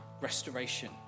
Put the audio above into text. restoration